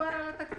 דובר על התקציב